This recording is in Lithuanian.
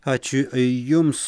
ačiū jums